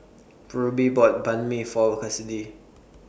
Ruby bought Banh MI For Kassidy